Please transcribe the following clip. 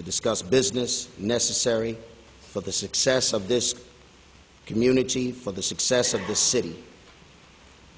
to discuss business necessary for the success of this community for the success of the city